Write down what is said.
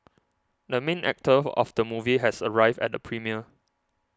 the main actor of the movie has arrived at the premiere